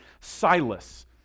Silas